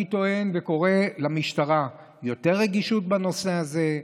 אני טוען, וקורא למשטרה: יותר רגישות בנושא הזה.